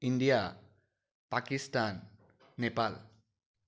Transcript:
India Pakistan Nepal